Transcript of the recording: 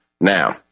Now